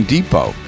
Depot